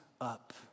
up